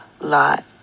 lot